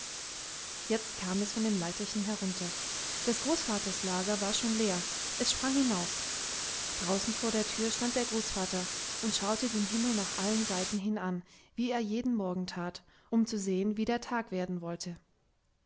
jetzt kam es von dem leiterchen herunter des großvaters lager war schon leer es sprang hinaus draußen vor der tür stand der großvater und schaute den himmel nach allen seiten hin an wie er jeden morgen tat um zu sehen wie der tag werden wollte